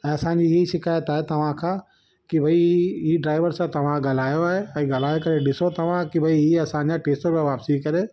ऐं असांजी हीअ शिकाइत आहे तव्हांखा कि भई इहे ड्राइवर सां तव्हां गाल्हायो आहे ऐं गाल्हाए करे ॾिसो तव्हां कि भई हीअं असांजा टे सौ रुपया वापसी करे